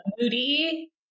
moody